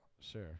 Sure